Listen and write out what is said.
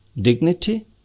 dignity